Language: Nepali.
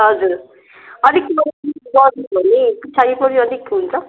हजुर अलिक पछाडि पनि अलिक हुन्छ